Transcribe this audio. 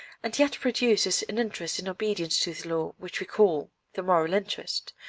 and yet produces an interest in obedience to the law, which we call the moral interest,